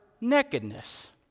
nakedness